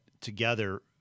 together